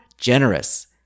generous